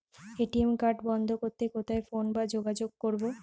ATM card বন্ধ করতে কোথায় ফোন বা যোগাযোগ করব?